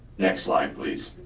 next slide, please.